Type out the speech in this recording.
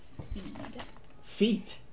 Feet